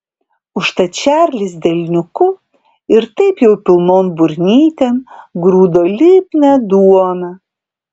užtat čarlis delniuku ir taip jau pilnon burnytėn grūdo lipnią duoną